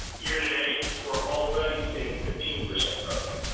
year-to-date, we're already seeing fifteen percent growth.